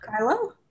Kylo